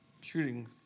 shooting